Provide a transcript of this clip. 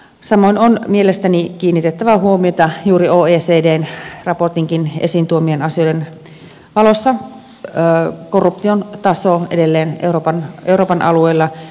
samoin on mielestäni kiinnitettävä huomiota juuri oecdn raportinkin esiin tuomien asioiden valossa korruption tasoon edelleen euroopan alueella